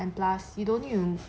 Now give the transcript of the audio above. and plus you don't need to